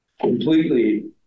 completely